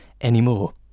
...anymore